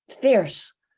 fierce